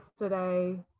yesterday